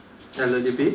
hello dear b